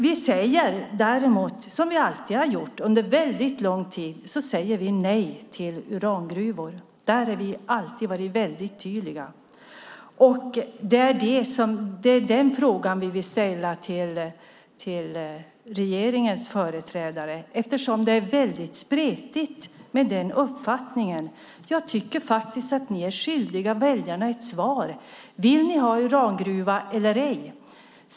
Vi säger däremot, som vi har gjort under lång tid, nej till urangruvor. Där har vi alltid varit väldigt tydliga. Det är den frågan vi vill ställa till regeringens företrädare, eftersom det är väldigt spretigt när det gäller den uppfattningen. Jag tycker faktiskt att ni är skyldiga väljarna ett svar, Staffan Anger. Vill ni ha urangruva eller ej?